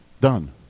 Done